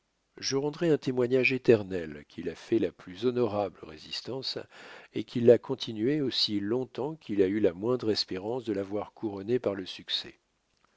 je rendrai un témoignage éternel qu'il a fait la plus honorable résistance et qu'il l'a continuée aussi longtemps qu'il a eu la moindre espérance de la voir couronnée par le succès